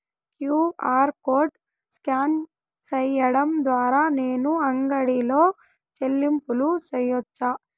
QR code scan సేయడం ద్వారా నేను అంగడి లో చెల్లింపులు సేయొచ్చా?